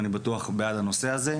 אני בטוח בעד הנושא הזה.